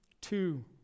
Two